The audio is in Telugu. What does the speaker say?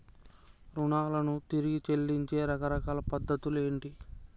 రుణాలను తిరిగి చెల్లించే రకరకాల పద్ధతులు ఏంటి?